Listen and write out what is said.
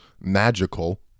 magical